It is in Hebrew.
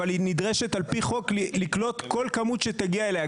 אבל היא נדרשת על פי חוק לקלוט כל כמות שתגיע אליה,